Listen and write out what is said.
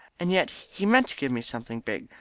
and yet he meant to give me something big,